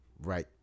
right